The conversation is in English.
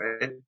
right